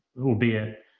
albeit